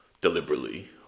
deliberately